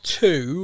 two